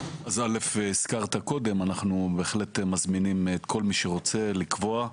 הזכרת קודם, אנחנו מזמינים כל מי שרוצה לקבוע.